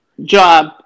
job